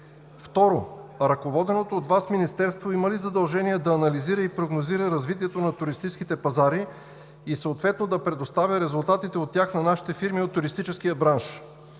Второ, ръководеното от Вас Министерство има ли задължение да анализира и прогнозира развитието на туристическите пазари и съответно да предоставя резултатите от тях на нашите фирми от туристическия бранш?